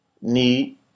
need